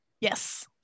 Yes